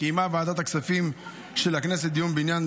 קיימה ועדת הכספים של הכנסת דיון בעניין